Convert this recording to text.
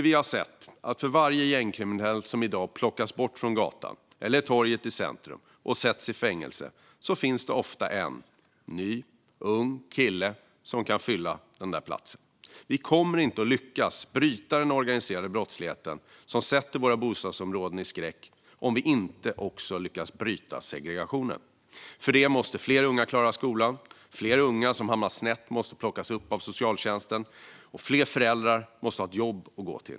Vi har sett att det för varje gängkriminell som i dag plockas bort från gatan eller torget i centrum och sätts i fängelse ofta finns en ny, ung kille som kan fylla platsen. Vi kommer inte att lyckas bryta den organiserade brottslighet som sätter våra bostadsområden i skräck om vi inte också lyckas bryta segregationen. För detta måste fler unga klara skolan. Fler unga som hamnar snett måste plockas upp av socialtjänsten. Och fler föräldrar måste ha ett jobb att gå till.